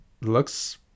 looks